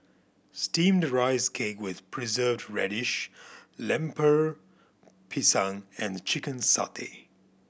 Steamed Rice Cake with Preserved Radish Lemper Pisang and chicken satay